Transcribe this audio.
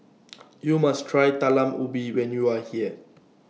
YOU must Try Talam Ubi when YOU Are here